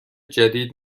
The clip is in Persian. جدید